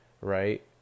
right